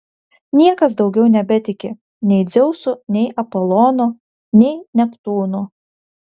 niekas daugiau nebetiki nei dzeusu nei apolonu nei neptūnu